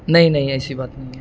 نہیں نہیں ایسی بات نہیں ہے